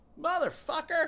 Motherfucker